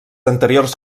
anteriors